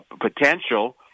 potential